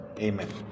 Amen